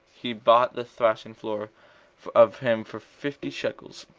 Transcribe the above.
he bought the thrashing-floor of him for fifty shekels.